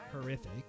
horrific